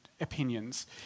opinions